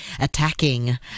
attacking